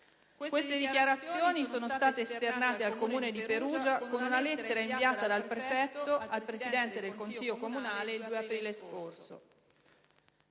Queste dichiarazioni sono state esternate al Comune di Perugia con una lettera inviata dal prefetto al presidente del consiglio comunale il 2 aprile scorso.